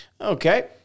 Okay